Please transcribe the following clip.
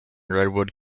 redwood